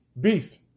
Beast